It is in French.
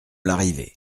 larrivé